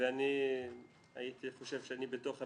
ואני חשבתי שאני בתוך הרשימה,